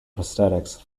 prosthetics